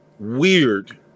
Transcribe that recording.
Weird